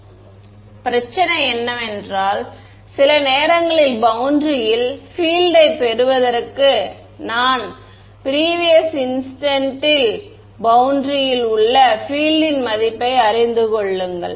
மாணவர் பிரச்சனை என்னவென்றால் சில நேரங்களில் பௌண்டரியில் பிஎல்ட் யை பெறுவதற்கு நான் தேவை ப்ரீவியஸ் இன்ஸ்டன்ட் ல் பௌண்டரியில் உள்ள பிஎல்ட்ன் மதிப்பை அறிந்து கொள்ளுங்கள்